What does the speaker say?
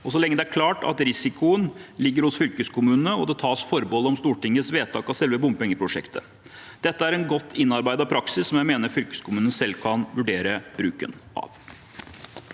så lenge det er klart at risikoen ligger hos fylkeskommunen og det tas forbehold om Stortingets vedtak av selve bompengeprosjektet. Dette er en godt innarbeidet praksis som jeg mener at fylkeskommunene selv kan vurdere bruken av.